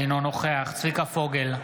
אינו נוכח צביקה פוגל,